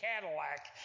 Cadillac